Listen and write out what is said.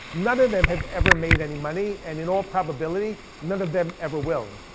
none of them have ever made any money. and in all probability none of them ever will.